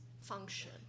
function